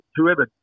whoever